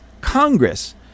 Congress